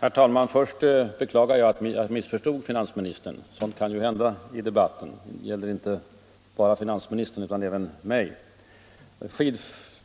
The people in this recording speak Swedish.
Herr talman! Först beklagar jag att jag missförstod finansministern. Sådant kan alltså hända inte bara finansministern utan också mig i debatten.